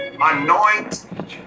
anoint